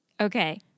Okay